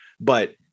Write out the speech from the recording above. But-